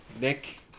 Nick